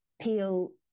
Peel